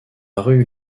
rue